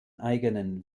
eigenen